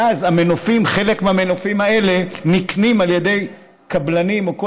ואז חלק מהמנופים האלה נקנים על ידי קבלנים או כל